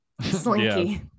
Slinky